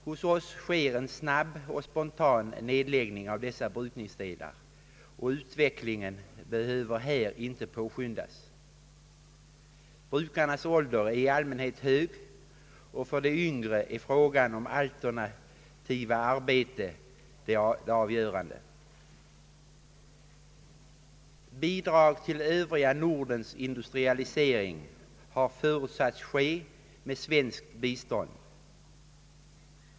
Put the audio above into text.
Hos oss sker en snabb och spontan nedläggning av dessa brukningsdelar, och utvecklingen behöver här inte påskyndas. Brukarnas ålder är i allmänhet hög, och för de yngre är frågan om alternativa arbeten avgörande. Bidrag till övriga Nordens industrialisering har förutsatts ske med svenskt bistånd.